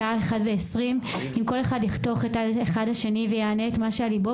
השעה 13:20. אם כל אחד יחתוך אחד את השני ויענה את מה שעל ליבו,